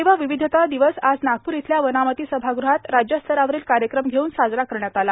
जैर्वावधता दिवस आज नागपूर इथल्या वनामती सभागृहात राज्यस्तरावरील कायक्रम घेऊन साजरा करण्यात आला